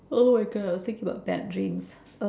oh my god I think about bad dreams